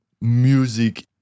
music